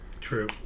True